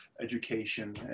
education